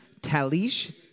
Talish